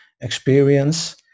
experience